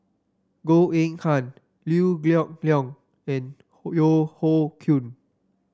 Goh Eng Han Liew Geok Leong and Yeo Hoe Koon